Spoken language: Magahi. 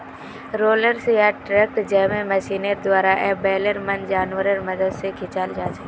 रोलर्स या त ट्रैक्टर जैमहँ मशीनेर द्वारा या बैलेर मन जानवरेर मदद से खींचाल जाछे